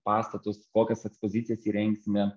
pastatus kokias ekspozicijas įrengsime